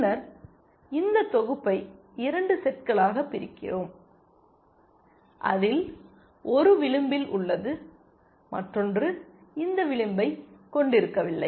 பின்னர் இந்த தொகுப்பை 2 செட்களாக பிரிக்கிறோம் அதில் ஒரு விளிம்பில் உள்ளது மற்றொன்று இந்த விளிம்பை கொண்டிருக்கவில்லை